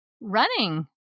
running